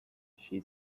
she